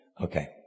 Okay